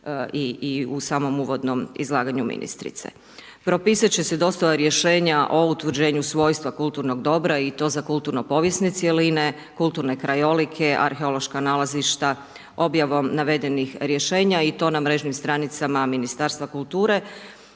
i u samom uvodnom izlaganju ministrice. Propisat će se dostava rješenja o utvrđenju svojstva kulturnog dobra i to za kulturno povijesne cjeline, kulturne krajolike, arheološka nalazišta, objavom navedenom rješenja i to na mrežnim stranicama Ministarstva kulture,